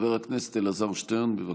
חבר הכנסת אלעזר שטרן, בבקשה.